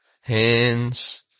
Hands